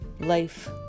life